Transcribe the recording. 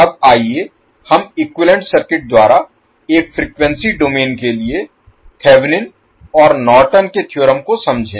अब आइए हम इक्विवैलेन्ट सर्किट द्वारा एक फ्रीक्वेंसी डोमेन के लिए थेवेनिन और नॉर्टन के थ्योरम को समझें